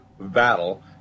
battle